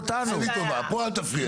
מיכאל, עשה לי טובה, פה אל תפריע לי.